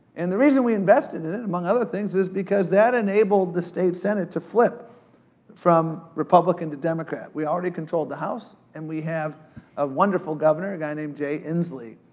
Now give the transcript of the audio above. and the reason we invested in it, among other things, is because that enabled the state senate to flip from republican to democrat. we already controlled the house, and we have a wonderful governor, a guy named jay inslee,